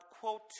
quote